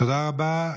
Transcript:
תודה רבה.